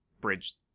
bridge